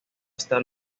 está